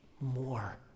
more